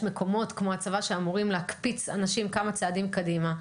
יש מקומות כמו הצבא שאמורים להקפיץ אנשים כמה צעדים קדימה.